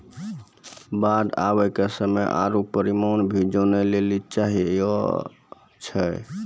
बाढ़ आवे के समय आरु परिमाण भी जाने लेली चाहेय छैय?